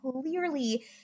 clearly